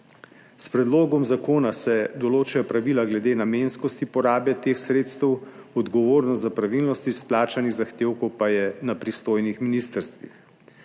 S predlogom zakona se določajo pravila glede namenskosti porabe teh sredstev, odgovornost za pravilnost izplačanih zahtevkov pa je na pristojnih ministrstvih.